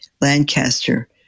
Lancaster